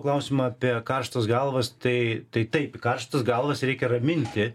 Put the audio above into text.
klausimą apie karštas galvas tai tai taip karštas galvas reikia raminti